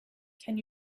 can